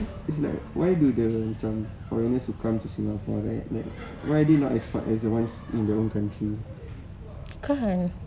it's like where do the macam foreigners who come to singapore like like why they not as hot as the ones in their own country